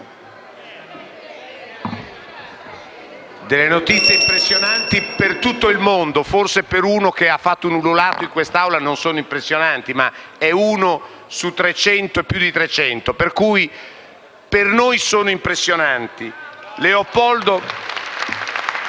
Sono notizie impressionanti per tutto il mondo; forse per uno che ha fatto un ululato in quest'Aula non sono impressionanti, ma è uno su più di trecento. Per noi sono impressionanti*. (Applausi